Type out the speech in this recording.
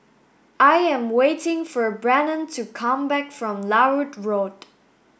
I am waiting for Brannon to come back from Larut Road